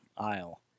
aisle